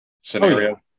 scenario